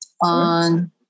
on